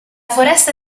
foresta